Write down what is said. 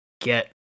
get